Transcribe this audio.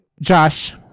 Josh